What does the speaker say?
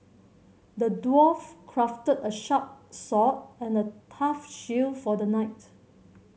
the dwarf crafted a sharp sword and a tough shield for the knight